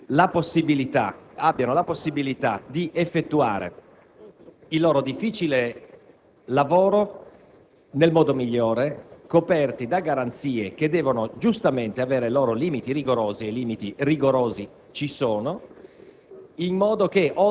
abbiano la possibilità di svolgere il loro difficile lavoro nel modo migliore, coperti da garanzie che devono, giustamente, avere limiti rigorosi - e limiti rigorosi ci sono